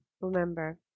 Remember